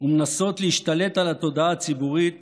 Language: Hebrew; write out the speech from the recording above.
ומנסות להשתלט על התודעה הציבורית